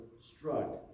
struck